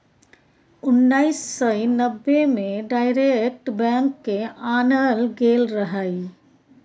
उन्नैस सय नब्बे मे डायरेक्ट बैंक केँ आनल गेल रहय